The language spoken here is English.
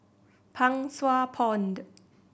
Pang Sua Pond